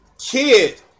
Kid